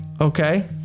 Okay